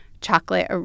chocolate